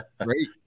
Great